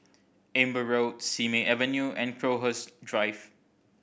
Amber Road Simei Avenue and Crowhurst Drive